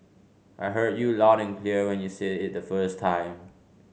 I heard you loud and clear when you said it the first time